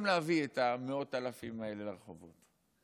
להביא את מאות האלפים האלה לרחובות.